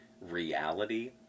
reality